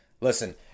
listen